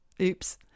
Oops